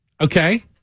okay